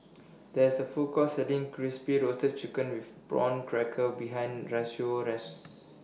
There IS A Food Court Selling Crispy Roasted Chicken with Prawn Crackers behind Rocio's House